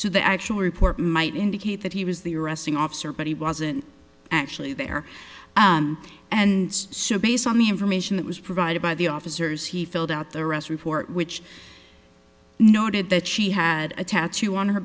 so the actual report might indicate that he was the arresting officer but he wasn't actually there and so based on the information that was provided by the officers he filled out the rest report which noted that she had a tattoo on her